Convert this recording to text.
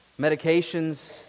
medications